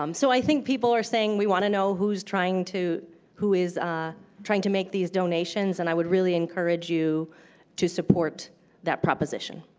um so i think people are saying, we want to know who is trying who is trying to make these donations. and i would really encourage you to support that proposition.